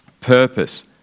Purpose